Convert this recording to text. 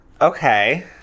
Okay